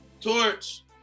Torch